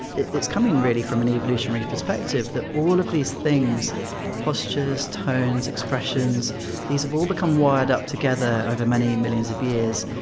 it's coming really from an evolutionary perspective, that all of these things postures, tones, expressions these have all become wired up together over many millions of years,